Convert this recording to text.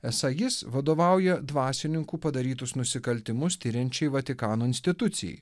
esą jis vadovauja dvasininkų padarytus nusikaltimus tiriančiai vatikano institucijai